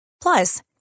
Plus